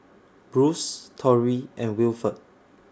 Bruce Tory and Wilford